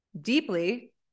deeply